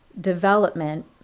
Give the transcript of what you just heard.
development